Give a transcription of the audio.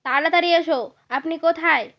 তাড়াতারি এসো আপনি কোথায়